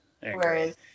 Whereas